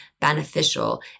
beneficial